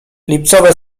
lipcowe